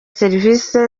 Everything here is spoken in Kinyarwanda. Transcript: serivisi